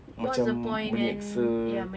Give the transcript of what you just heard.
macam menyeksa